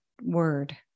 word